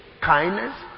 kindness